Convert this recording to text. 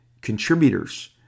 contributors